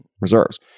reserves